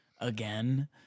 again